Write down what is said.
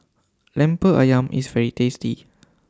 Lemper Ayam IS very tasty